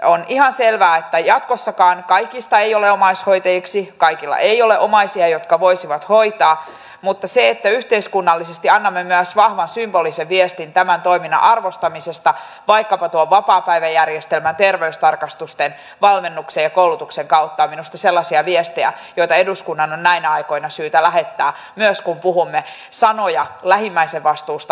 on ihan selvää että jatkossakaan kaikista ei ole omaishoitajiksi kaikilla ei ole omaisia jotka voisivat hoitaa mutta kun yhteiskunnallisesti annamme myös vahvan symbolisen viestin tämän toiminnan arvostamisesta vaikkapa tuon vapaapäiväjärjestelmän terveystarkastusten valmennuksen ja koulutuksen kautta ne ovat minusta sellaisia viestejä joita eduskunnan on näinä aikoina syytä lähettää myös kun puhumme sanoja lähimmäisen vastuusta